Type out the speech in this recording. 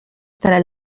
tre